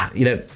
um you know,